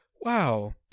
wow